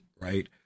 right